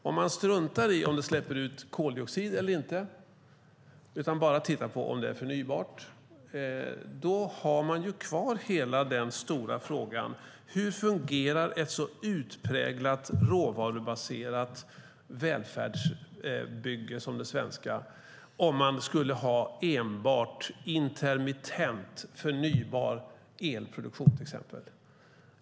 Om man struntar i om det släpps ut koldioxid eller inte och bara tänker på om det är förnybart har man ju kvar hela den stora frågan: Hur fungerar ett så utpräglat råvarubaserat välfärdsbygge som det svenska om man skulle ha enbart intermittent förnybar elproduktion?